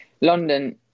London